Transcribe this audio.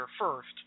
first